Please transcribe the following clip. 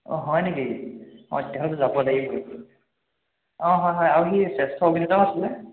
অঁ হয় নেকি অঁ তেতিয়া হ'লে যাব লাগিবই অঁ হয় হয় আৰু সি শ্ৰেষ্ঠ অভিনেতাও আছিলে